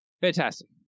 fantastic